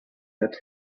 that